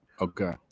Okay